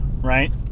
right